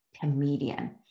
comedian